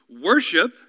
worship